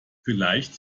vielleicht